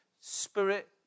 spirit